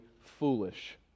foolish